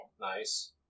Nice